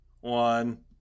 One